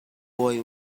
boy